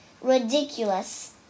Ridiculous